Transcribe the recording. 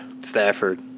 Stafford